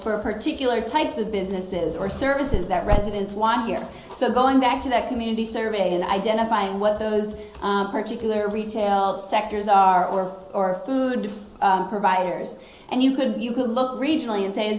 for a particular types of businesses or services that residents want to hear so going back to the community survey and identifying what those particular retail sectors are of our food providers and you could you could look regionally and say